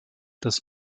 des